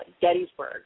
Gettysburg